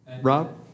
Rob